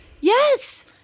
Yes